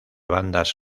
bandas